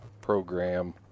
program